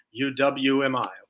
UWMI